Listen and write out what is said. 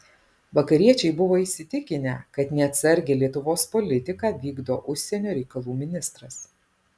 vakariečiai buvo įsitikinę kad neatsargią lietuvos politiką vykdo užsienio reikalų ministras